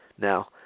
Now